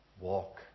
Walk